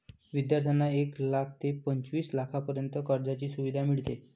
विद्यार्थ्यांना एक लाख ते पंचवीस लाखांपर्यंत कर्जाची सुविधा मिळते